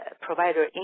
provider